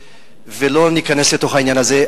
ולא ניכנס לתוך העניין הזה.